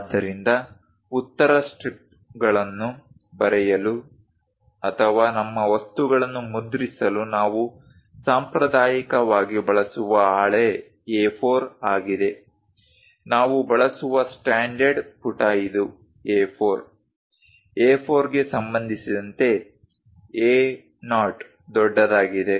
ಆದ್ದರಿಂದ ಉತ್ತರ ಸ್ಕ್ರಿಪ್ಟ್ಗಳನ್ನು ಬರೆಯಲು ಅಥವಾ ನಮ್ಮ ವಸ್ತುಗಳನ್ನು ಮುದ್ರಿಸಲು ನಾವು ಸಾಂಪ್ರದಾಯಿಕವಾಗಿ ಬಳಸುವ ಹಾಳೆ A4 ಆಗಿದೆ ನಾವು ಬಳಸುವ ಸ್ಟ್ಯಾಂಡರ್ಡ್ ಪುಟ ಇದು A4 A4 ಗೆ ಸಂಬಂಧಿಸಿದಂತೆ A0 ದೊಡ್ಡದಾಗಿದೆ